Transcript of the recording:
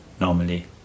normally